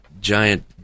giant